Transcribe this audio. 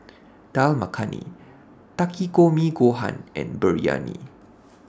Dal Makhani Takikomi Gohan and Biryani